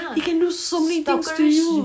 he can do so many things to you